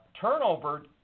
Turnover